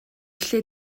lle